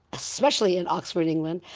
especially in oxford, england,